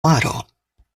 maro